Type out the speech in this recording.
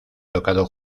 tocado